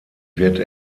wird